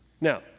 Now